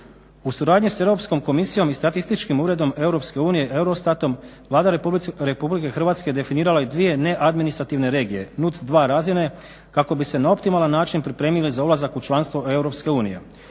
U suradnji s Europskom komisijom i statističkim uredom EU, Eurostatom Vlada Republike Hrvatske definirala je i dvije ne administrativne regije, NUCS 2 razine kako bi se na optimalan način pripremile za ulazak u članstvo EU.